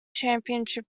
championship